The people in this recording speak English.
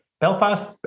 Belfast